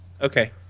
Okay